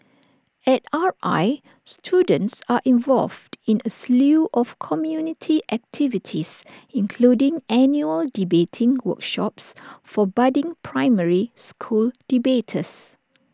at R I students are involved in A slew of community activities including annual debating workshops for budding primary school debaters